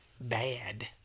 bad